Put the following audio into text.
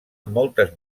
moltes